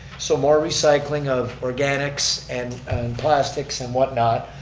so more recycling of organics and plastics and whatnot,